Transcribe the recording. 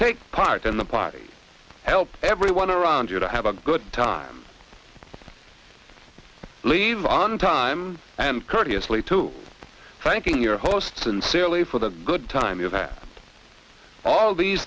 take part in the party help everyone around you to have a good time leave on time and courteously to thanking your host sincerely for the good time you have all these